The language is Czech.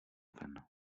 ven